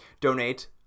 donate